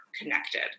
connected